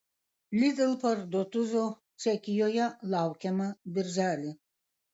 lidl parduotuvių čekijoje laukiama birželį